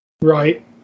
Right